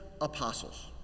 apostles